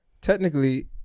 Technically